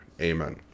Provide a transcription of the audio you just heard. Amen